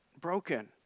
broken